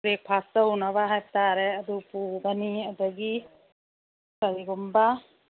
breakfast ꯇꯧꯅꯕ ꯍꯥꯏꯕꯇꯔꯦ ꯑꯗꯨꯕꯨ ꯄꯨꯒꯅꯤ ꯑꯗꯒꯤ ꯀꯔꯤꯒꯨꯝꯕ